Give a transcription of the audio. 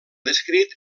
descrit